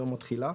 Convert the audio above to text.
יום התחילה),